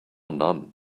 none